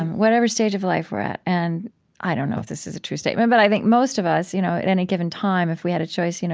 whatever stage of life we're at and i don't know if this is a true statement, but i think most of us, you know at any given time, if we had a choice, you know